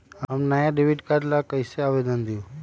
हम नया debit card ला कईसे आवेदन दिउ?